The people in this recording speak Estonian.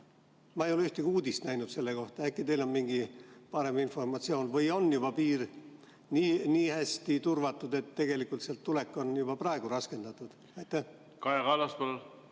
ei ole ühtegi uudist näinud selle kohta. Äkki teil on täpsem informatsioon? Või on piir juba nii hästi turvatud, et tegelikult sealt tulek on juba praegu raskendatud? Aitäh!